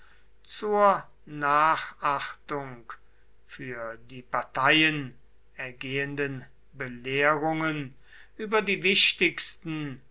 zur nachachtung für die parteien ergehenden belehrungen über die wichtigsten